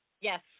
Yes